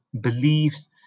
beliefs